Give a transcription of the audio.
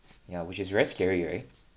ya which is very scary right